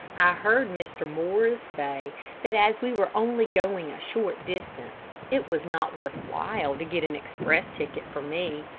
i heard mr. morris say that as we were only going a short distance, it was not worth while to get an express ticket for me.